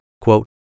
Quote